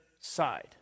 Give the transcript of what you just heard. side